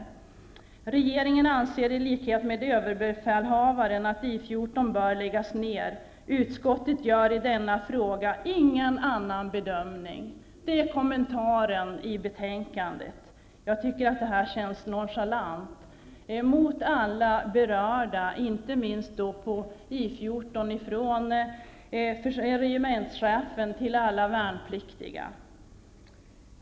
Utskottet skriver: Regeringen anser i likhet med överbefälhavaren att I 14 bör läggas ner. Utskottet gör i denna fråga ingen annan bedömning. Det är kommentaren i betänkandet. Jag tycker att det känns nonchalant mot alla berörda, inte minst på I 14 -- från regementschefen till alla värnpliktiga.